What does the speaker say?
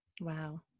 Wow